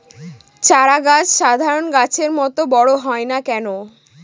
চারা গাছ সাধারণ গাছের মত বড় হয় না কেনো?